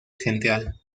central